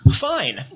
Fine